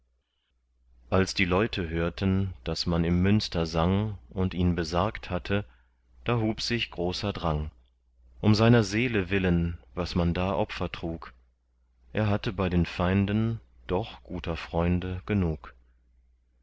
als die leute hörten daß man im münster sang und ihn besargt hatte da hob sich großer drang um seiner seele willen was man da opfer trug er hatte bei den feinden doch guter freunde genug